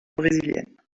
brésilienne